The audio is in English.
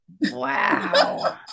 Wow